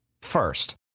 first